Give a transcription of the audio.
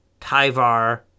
Tyvar